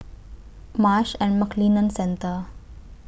Marsh and McLennan Centre